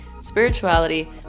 spirituality